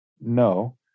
No